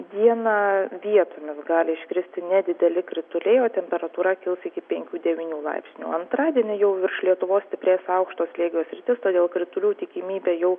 dieną vietomis gali iškristi nedideli krituliai o temperatūra kils iki penkių devynių laipsnių antradienį jau virš lietuvos stiprės aukšto slėgio sritis todėl kritulių tikimybė jau